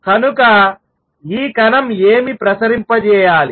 కనుక ఈ కణం ఏమి ప్రసరింపజేయాలి